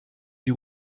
die